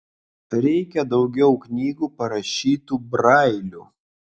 reikia daugiau knygų parašytų brailiu